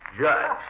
Judge